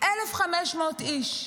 1,500 איש.